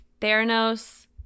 Theranos